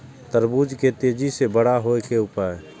तरबूज के तेजी से बड़ा होय के उपाय?